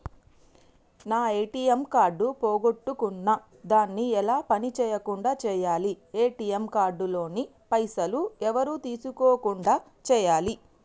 నా ATM card పోగొట్టుకున్నా దాన్ని ఎలా పని చేయకుండా చేయాలి ఏ.టి.ఎమ్ కార్డు లోని పైసలు ఎవరు తీసుకోకుండా చేయాలి?